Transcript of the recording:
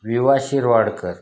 वि वा शिरवाडकर